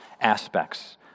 aspects